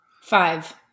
five